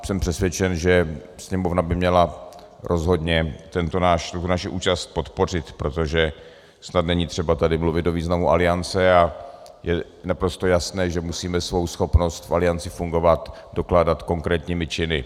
Jsem přesvědčen, že Sněmovna by měla rozhodně tuto naši účast podpořit, protože snad není třeba tady mluvit o významu Aliance a je naprosto jasné, že musíme svou schopnost v Alianci fungovat dokládat konkrétními činy.